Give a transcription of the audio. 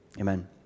Amen